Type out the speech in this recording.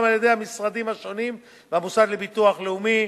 על-ידי המשרדים השונים והמוסד לביטוח לאומי,